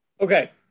Okay